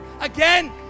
again